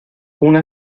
una